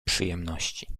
przyjemności